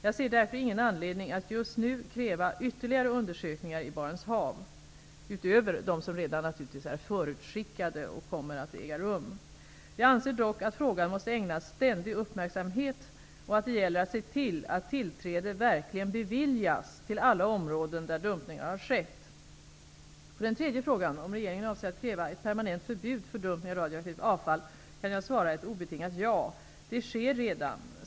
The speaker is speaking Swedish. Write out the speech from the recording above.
Jag ser därför ingen anledning att just nu kräva ytterligare undersökningar i Barents hav, utöver de som redan är förutskickade naturligtvis. Jag anser dock att frågan måste ägnas ständig uppmärksamhet, och att det gäller att se till att tillträde verkligen beviljas till alla områden där dumpningar har skett. På den tredje frågan, om regeringen avser att kräva ett permanent förbud för dumpning av radioaktivt avfall, kan jag svara ett obetingat ja. Det sker redan.